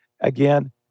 again